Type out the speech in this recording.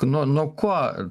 nuo nuo ko